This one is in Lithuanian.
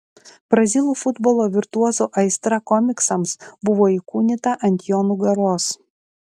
brazilų futbolo virtuozo aistra komiksams buvo įkūnyta ant jo nugaros